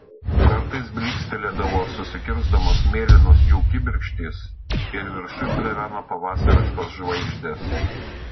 kartais blykstelėdavo susikirsdamos mėlynos jų kibirkštys ir viršuj pleveno pavasariškos žvaigždės